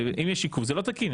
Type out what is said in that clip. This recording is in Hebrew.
אם יש עיכוב, זה לא תקין.